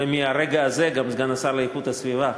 ומהרגע הזה גם סגן השר לאיכות הסביבה,